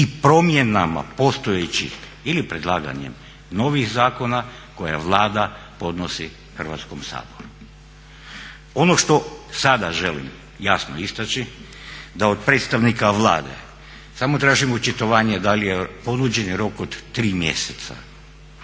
i promjenama postojećih ili predlaganjem novih zakona koje Vlada podnosi Hrvatskom saboru. Ono što sada želim jasno istaći da od predstavnika Vlade samo tražim očitovanje da li je ponuđeni rok od 3 mjeseca,